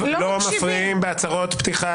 ומירב, לא מפריעים בהצהרות פתיחה.